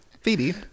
phoebe